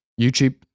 YouTube